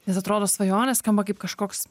nes atrodo svajonės skamba kaip kažkoks